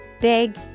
Big